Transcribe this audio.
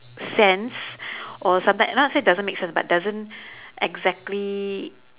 sense or sometimes not say doesn't make sense but doesn't exactly